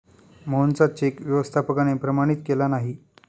मोहनचा चेक व्यवस्थापकाने प्रमाणित केला नाही